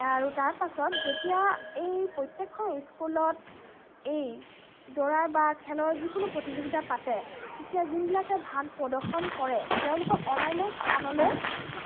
আৰু তাৰ পাছত যেতিয়া এই প্ৰত্যেকখন স্কুলত এই দৌৰা বা খেলৰ যিকোনো প্ৰতিযোগিতা পাতে তেতিয়া যোনবিলাকে ভাল প্ৰদৰ্শন কৰে তেওঁলোকক অন্য়ান্য স্থানলৈ